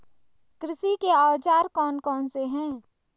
कृषि के औजार कौन कौन से हैं?